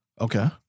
Okay